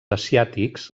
asiàtics